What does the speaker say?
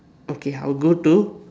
okay I'll go to